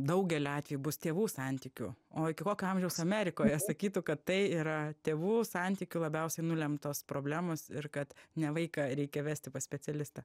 daugeliu atvejų bus tėvų santykių o iki kokio amžiaus amerikoje sakytų kad tai yra tėvų santykių labiausiai nulemtos problemos ir kad ne vaiką reikia vesti pas specialistą